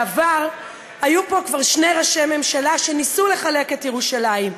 בעבר היו פה כבר שני ראשי ממשלה שניסו לחלק את ירושלים,